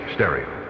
Stereo